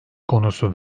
konusu